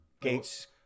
Gates